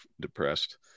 depressed